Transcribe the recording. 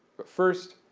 but first,